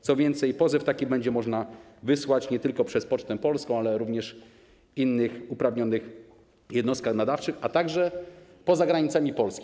Co więcej, pozew taki będzie można wysłać nie tylko przez Pocztę Polską, ale również w innych uprawnionych jednostkach nadawczych, a także poza granicami Polski.